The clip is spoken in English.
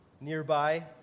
nearby